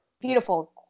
Beautiful